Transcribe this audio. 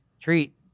Treat